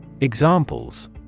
Examples